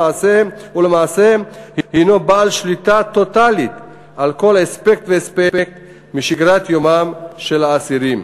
ולמעשה הנו בעל שליטה טוטלית על כל אספקט ואספקט בשגרת יומם של האסירים.